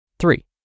Three